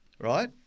right